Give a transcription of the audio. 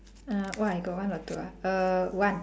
uh !wah! you got one or two ah err one